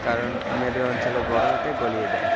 কারণ মেরু অঞ্চলের বরফ এতে গলিয়ে দেয়